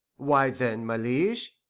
why then, my liege,